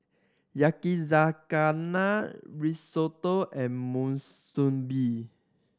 Yakizakana Risotto and Monsunabe